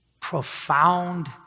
profound